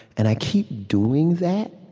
and i keep doing that,